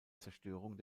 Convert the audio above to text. zerstörung